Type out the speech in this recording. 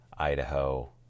Idaho